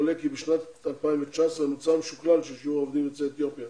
עולה כי בשנת 2019 המצב המשוקלל של שיעור העובדים יוצאי אתיופיה